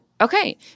okay